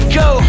go